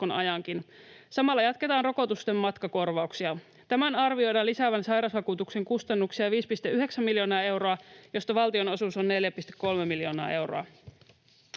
Samalla jatketaan rokotusten matkakorvauksia. Tämän arvioidaan lisäävän sairausvakuutuksen kustannuksia 5,9 miljoonaa euroa, josta valtion osuus on 4,3 miljoonaa euroa.